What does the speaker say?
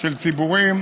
של ציבורים